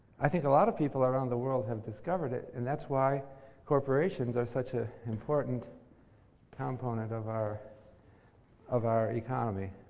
i think a lot of people around the world have discovered it, and that's why corporations are such an ah important component of our of our economy.